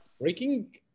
Breaking